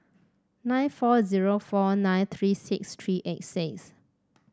nine four zero four nine three six three eight six